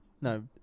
No